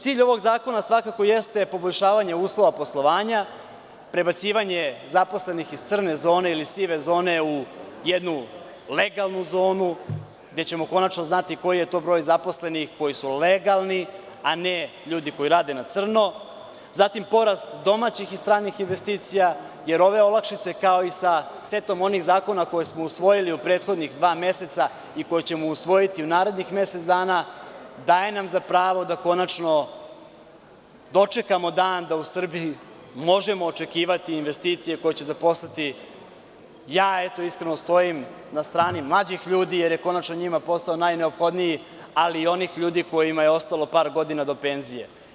Cilj ovog zakona svakako jeste poboljšavanje uslova poslovanja, prebacivanje zaposlenih iz crne ili sive zone u jednu legalnu zonu gde ćemo konačno znati koji je to broj zaposlenih koji su legalni, a ne ljudi koji rade na crno, zatim porast domaćih i stranih investicija, jer ove olakšice, kao i sa setom onih zakona koje smo usvojili u prethodna dva meseca i koje ćemo usvojiti u narednih mesec dana, daje nam za pravo da konačno dočekamo dan da u Srbiji možemo očekivati investicije koje će zaposliti, eto ja iskreno stojim na strani mlađih ljudi jer je njima posao najneophodniji, ali i onih ljudi kojima je ostalo par godina do penzije.